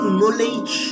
knowledge